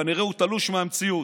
כנראה הוא תלוש מהמציאות.